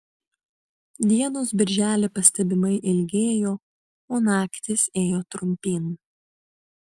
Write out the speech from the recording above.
dienos birželį pastebimai ilgėjo o naktys ėjo trumpyn